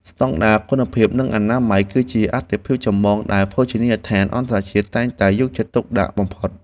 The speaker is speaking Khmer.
ស្តង់ដារគុណភាពនិងអនាម័យ គឺជាអាទិភាពចម្បងដែលភោជនីយដ្ឋានអន្តរជាតិតែងតែយកចិត្តទុកដាក់បំផុត។